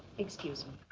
excuse